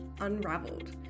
Unraveled